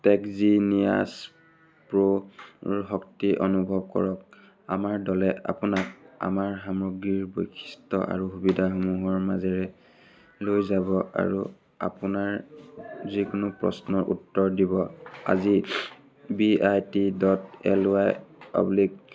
tech genius প্ৰ' ৰ শক্তি অনুভৱ কৰক আমাৰ দলে আপোনাক আমাৰ সামগ্ৰীৰ বৈশিষ্ট্য আৰু সুবিধাসমূহৰ মাজেৰে লৈ যাব আৰু আপোনাৰ যিকোনো প্ৰশ্নৰ উত্তৰ দিব আজি B I T dot L Y অৱলিক